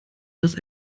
dass